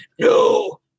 no